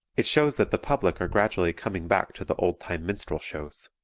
it shows that the public are gradually coming back to the old-time minstrel shows.